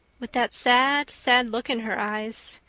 with that sad, sad look in her eyes?